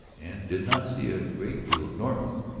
and did not see a great deal of norton,